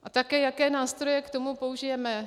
A také, jaké nástroje k tomu použijeme.